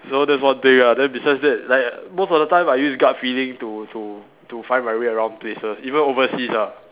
so that's one thing ah then besides that like most of the time I use gut feeling to to to find my way around places even overseas ah